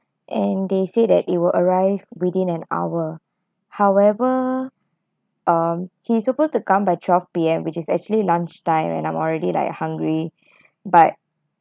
and they said that it will arrive within an hour however um he's suppose to come by twelve P_M which is actually lunch time and I'm already like hungry but